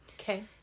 okay